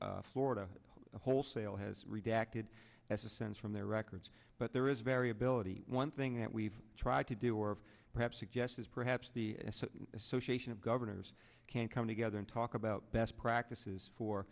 sense florida wholesale has redacted as a sense from their records but there is variability one thing that we've tried to do or perhaps suggest is perhaps the association of governors can come together and talk about best practices for